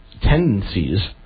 tendencies